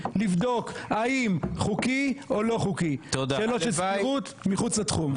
לבדוק האם חוקי או לא חוקי הסבירות מחוץ לתחום.